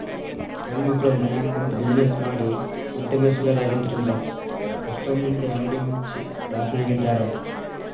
ಹೆಣ್ಮಕ್ಳು ಮನ್ಯಗ ಕುಂತ್ಬಿಜಿನೆಸ್ ಮಾಡಿ ಉದ್ಯಮಶೇಲ್ರಾಗಿದ್ರಿಂದಾ ಎಷ್ಟೋ ಮಂದಿ ಅಂಗಡಿ ಮುಚ್ಚಿ ಲಾಸ್ನ್ಯಗಿದ್ದಾರ